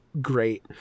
great